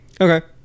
Okay